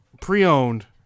Pre-owned